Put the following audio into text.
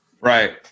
Right